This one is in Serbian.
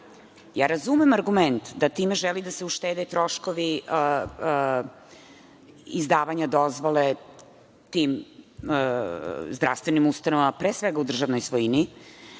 trajna. Razumem argument da time žele da se uštede troškovi izdavanja dozvole tim zdravstvenim ustanovama pre svega u državnoj svojini,